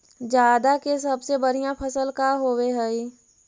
जादा के सबसे बढ़िया फसल का होवे हई?